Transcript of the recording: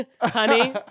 Honey